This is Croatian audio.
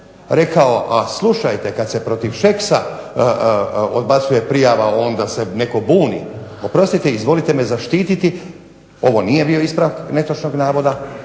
rekao a slušajte kad se protiv Šeksa odbacuje prijava onda se netko buni. Oprostite, izvolite me zaštititi. Ovo nije bio ispravak netočnog navoda,